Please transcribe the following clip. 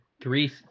three